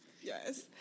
Yes